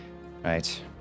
Right